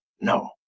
No